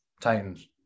titans